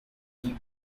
need